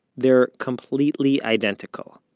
they're completely identical.